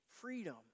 Freedom